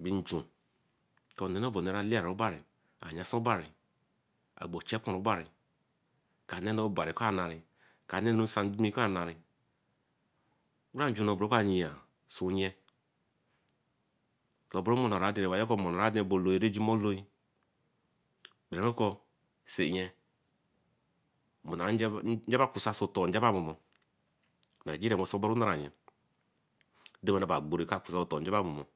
Beinju konene bay onne ray laoru obari ayanse obari, agbo chepur obari kere anu obari ko ana, ka nenu nsanmi ko anari. Nju ko pu nye njima oloi berakor nye usan soi otornjaba momur wesoboru nnaraye dori ba gboree ka kusan otornjaba momo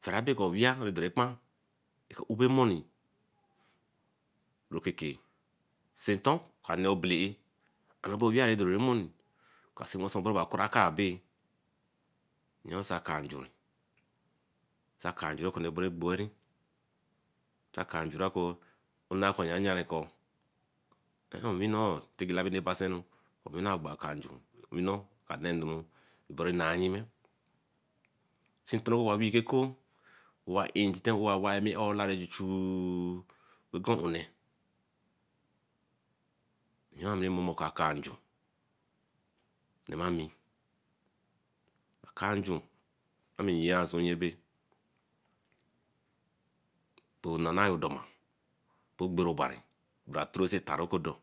charabe ko aweeh rah dorin ekpan ube moni rekekai morn rah ka neer obekah, innoni bah aweeeh ray do so emoni oka see weso oku kraka abbey yen sai ka nju sai ka nju rah okone boma gbowe sai ka nju reku oyan kone ayari ko owenoor tar kon labi enu baseru oweenor ogbo akanju, owenoor ka nee nu barre nah yime sine intito oka weeh ekokoe owa intite owa wai mmii olari chuchueew ekun unee akanju nemami akanju ameyia bonanayo doma bay ogbere obari tore sin etar okundor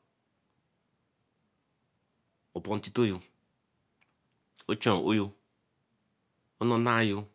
upon intito ochen oyoo or na nai yo